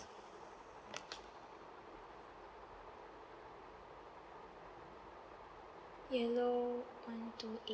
yellow one two eight